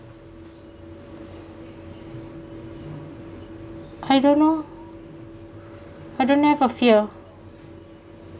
I don't know I don't have a fear